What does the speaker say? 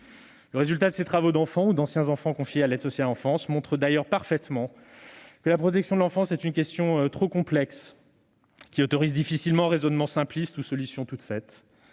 Le résultat de ces travaux d'enfants ou d'anciens enfants confiés à l'aide sociale à l'enfance montre d'ailleurs parfaitement que la protection de l'enfance est une question très complexe, qui autorise difficilement les raisonnements simplistes ou les solutions toutes faites.